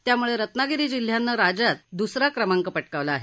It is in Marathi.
त्यामुळे रत्नागिरी जिल्ह्यानं राज्यात दुसरा क्रमांक पटकाविला आहे